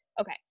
Okay